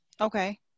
Okay